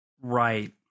Right